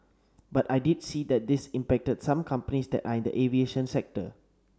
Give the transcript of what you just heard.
but I did see that this impacted some companies that are in the aviation sector